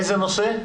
איזה נושא?